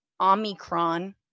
Omicron